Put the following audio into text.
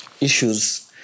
issues